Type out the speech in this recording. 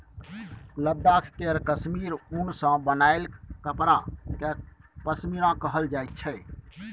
लद्दाख केर काश्मीर उन सँ बनाएल कपड़ा केँ पश्मीना कहल जाइ छै